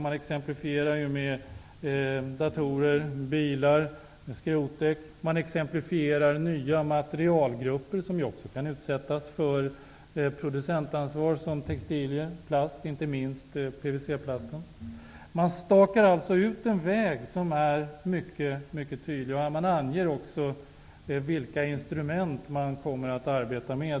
Man exemplifierar med datorer, bilar och skrotdäck. Man anger nya materialgrupper som också kan utsättas för ett producentansvar, t.ex. textilier och plast, inte minst PVC-plast. Man stakar ut en mycket tydlig väg och anger även vilka instrument som man kommer att arbeta med.